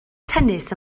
tennis